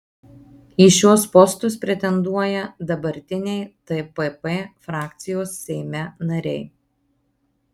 į šiuos postus pretenduoja dabartiniai tpp frakcijos seime nariai